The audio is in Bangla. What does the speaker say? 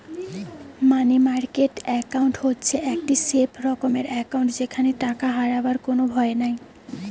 মানি মার্কেট একাউন্ট হচ্ছে একটি সেফ রকমের একাউন্ট যেখানে টাকা হারাবার কোনো ভয় নাই